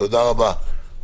תודה רבה.